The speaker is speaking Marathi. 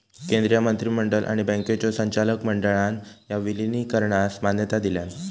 केंद्रीय मंत्रिमंडळ आणि बँकांच्यो संचालक मंडळान ह्या विलीनीकरणास मान्यता दिलान